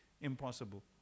impossible